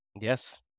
Yes